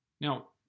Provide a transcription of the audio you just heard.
Now